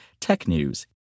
TECHNEWS